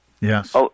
Yes